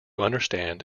understand